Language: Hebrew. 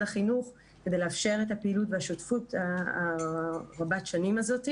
החינוך כדי לאפשר את הפעילות והשותפות רבת השנים הזאת.